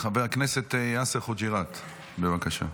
הכנסת יאסר חוג'יראת, בבקשה.